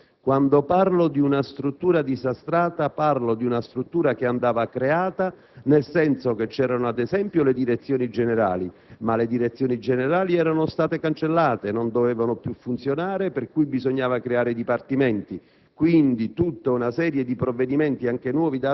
capo di gabinetto del Ministro della giustizia: «Quando parlo di una struttura disastrata, parlo di una struttura che andava creata, nel senso che c'erano ad esempio le direzioni generali, ma le direzioni generali erano state cancellate, non dovevano più funzionare, per cui bisognava creare i dipartimenti,